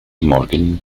morgan